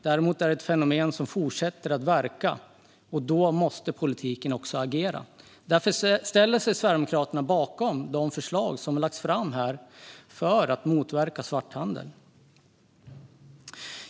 Däremot är det ett fenomen som fortsätter att verka, och då måste politiken agera. Sverigedemokraterna ställer sig därför bakom de förslag som har lagts fram för att motverka svarthandel.